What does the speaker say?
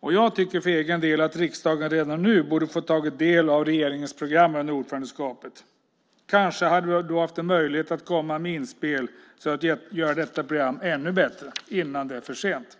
Jag tycker för egen del att riksdagen redan nu borde ha fått ta del av regeringens program för ordförandeskapet. Kanske hade vi då haft möjlighet att komma med inspel för att göra detta program ännu bättre innan det är för sent.